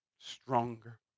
stronger